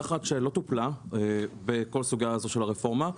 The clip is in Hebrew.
אחר כך תקציבים.